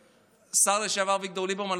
השר לשעבר אביגדור ליברמן לא פעם הזכיר אותו.